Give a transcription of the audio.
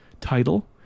title